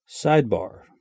Sidebar